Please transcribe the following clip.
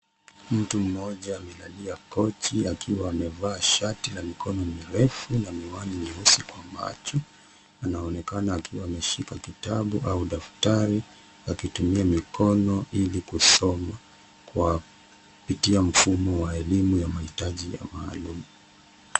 Mtu mmoja amelalia kochi akiwa amevaa shati la mikono mirefu na miwani nyeusi kwa macho. Anaonekana akiwa ameshika kitabu au daftari akitumia mikono ili kusoma kwa kupitia mfumo wa elimu ya mahitaji ya maalum.